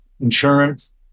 insurance